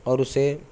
اور اسے